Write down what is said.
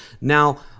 Now